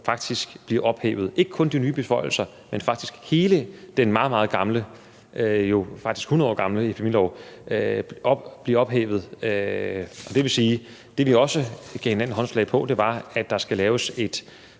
faktisk bliver ophævet, ikke kun de nye beføjelser, men faktisk hele den meget, meget gamle – ja, faktisk 100 år gamle – epidemilov; den bliver ophævet. Det vil sige, at det, vi også gav hinanden håndslag på, var, at der skal laves et